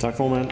Tak, formand.